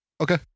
Okay